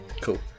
Cool